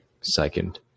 second